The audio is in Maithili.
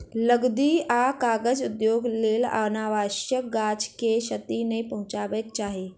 लुगदी आ कागज उद्योगक लेल अनावश्यक गाछ के क्षति नै पहुँचयबाक चाही